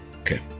Okay